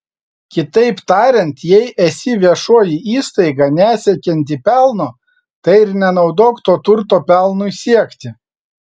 kitaip tariant jei esi viešoji įstaiga nesiekianti pelno tai ir nenaudok to turto pelnui siekti